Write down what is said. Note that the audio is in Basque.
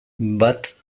bat